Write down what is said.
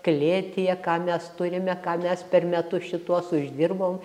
klėtyje ką mes turime ką mes per metus šituos uždirbom